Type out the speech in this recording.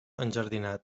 enjardinat